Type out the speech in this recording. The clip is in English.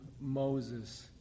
Moses